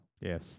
Yes